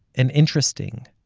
and interesting